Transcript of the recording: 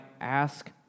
ask